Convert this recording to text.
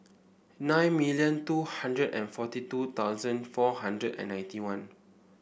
nine million two hundred and forty two thousand four hundred and ninety one